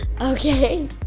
Okay